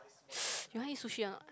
you want eat sushi or not